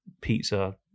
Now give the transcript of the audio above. pizza